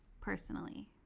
personally